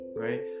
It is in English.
Right